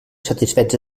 satisfets